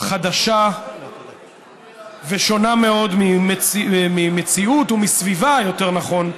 חדשה ושונה מאוד מהמציאות, או מסביבה, יותר נכון,